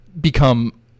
become